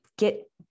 get